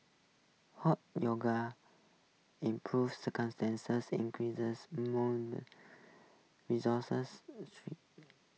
hot yoga improves increases resources